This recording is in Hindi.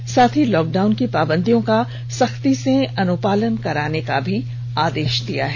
इसके साथ ही लॉकडाउन की पाबंदियों का सख्ती से अनुपालन कराने का आदेश दिया है